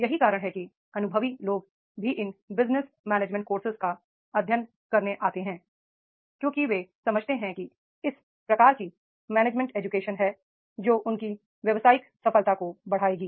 यही कारण है कि अनुभवी लोग भी इन बिजनेस मैनेजमेंट कोर्स का अध्ययन करने आते हैं क्योंकि वे समझते हैं कि इस प्रकार की मैनेजमेंट एजुकेशन है जो उनकी व्यावसायिक सफलता को बढ़ाएगी